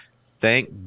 thank